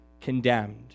condemned